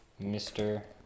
Mr